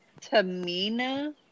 Tamina